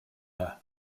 her